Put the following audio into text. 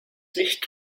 licht